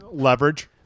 leverage